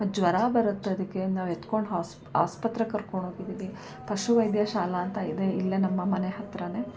ಮತ್ತು ಜ್ವರ ಬರುತ್ತದಕ್ಕೆ ನಾವು ಎತ್ಕೊಂಡು ಹೊಸ್ಪ್ ಆಸ್ಪತ್ರೆಗೆ ಕರ್ಕೊಂಡು ಹೋಗಿದೀವಿ ಪಶುವೈದ್ಯ ಶಾಲಾ ಅಂತ ಇದೆ ಇಲ್ಲೇ ನಮ್ಮ ಮನೆ ಹತ್ರವೇ